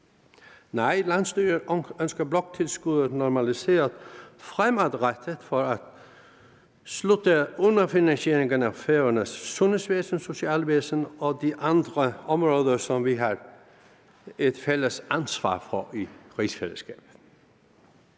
Nej, landsstyret ønsker bloktilskuddet normaliseret fremadrettet for at afslutte underfinansieringerne af Færøernes sundhedsvæsen, socialvæsen og de andre områder, som vi har et fælles ansvar for i rigsfællesskabet.